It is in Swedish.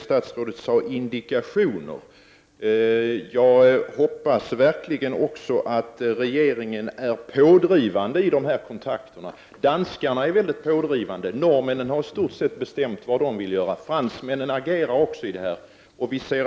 Statsrådet talade om indikationer. Jag hoppas verkligen att regeringen också är pådrivande i de här kontakterna. Danskarna är mycket pådrivande. Norrmännen har i stort sett bestämt vad de vill göra. Fransmännen agerar också i frågan.